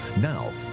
Now